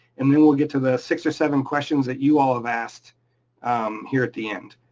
and then we'll get to the six or seven questions that you all have asked here at the end.